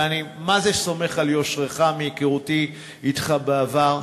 ואני מה-זה סומך על יושרך מהיכרותי אתך בעבר: